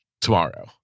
tomorrow